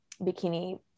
bikini